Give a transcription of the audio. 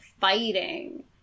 fighting